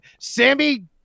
Sammy